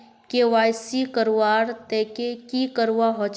KYC करवार केते की करवा होचए?